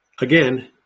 again